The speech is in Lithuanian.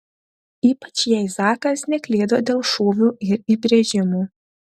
ypač jei zakas neklydo dėl šūvių ir įbrėžimų